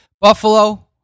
Buffalo